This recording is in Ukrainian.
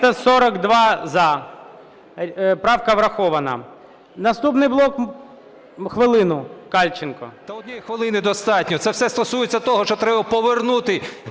За-342 Правка врахована. Наступний блок… Хвилину – Кальченко.